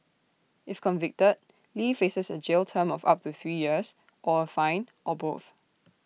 if convicted lee faces A jail term of up to three years or A fine or both